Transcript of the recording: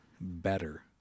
better